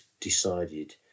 decided